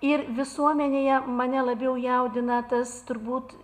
ir visuomenėje mane labiau jaudina tas turbūt